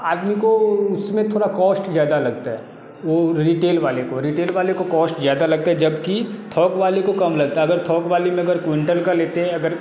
आदमी को उसमें थोड़ा काॅस्ट ज़्यादा लगता है वो रिटेल वाले को रिटेल वाले को काॅस्ट ज़्यादा लगता है जब कि थौक वाले को कम लगता है अगर थौक वाले में अगर क्विंटल का लेते हैं अगर